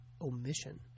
omission